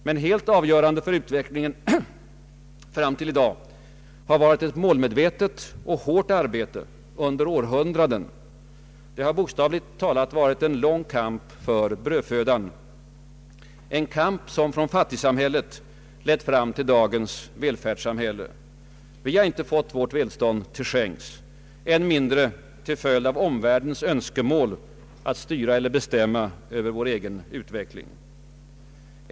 Men helt avgörande för utvecklingen fram till i dag har varit ett målmedvetet och hårt arbete under århundraden. Det har bokstavligt talat varit en lång kamp för brödfödan, en kamp som från fattigsamhället lett fram till dagens välfärdssamhälle. Vi har inte fått vårt välstånd till skänks, än mindre till följd av omvärldens önskemål att styra eller bestämma över vår egen utveckling.